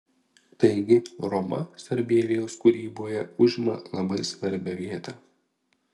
taigi roma sarbievijaus kūryboje užima labai svarbią vietą